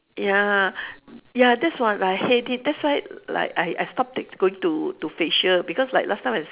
ya ya that's what I hate it that's why like I I stop ta~ going to to facial because like last time I